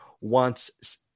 wants